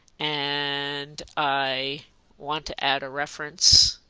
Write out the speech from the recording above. and i want to add a reference,